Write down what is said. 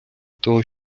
того